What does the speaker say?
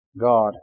God